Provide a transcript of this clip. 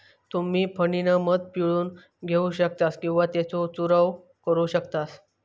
तुम्ही फणीनं मध पिळून घेऊ शकतास किंवा त्येचो चूरव करू शकतास